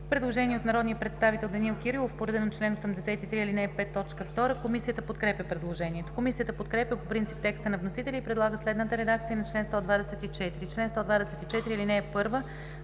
предложение от народния представител Данаил Кирилов по реда на чл. 83, ал. 5, т. 2 от ПОДНС. Комисията подкрепя предложението. Комисията подкрепя по принцип текста на вносителя и предлага следната редакция на чл. 124: